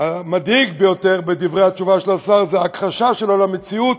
המדאיג ביותר בדברי התשובה של השר זה ההכחשה שלו למציאות,